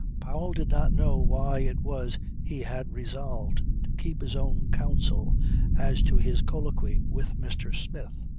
powell did not know why it was he had resolved to keep his own counsel as to his colloquy with mr. smith.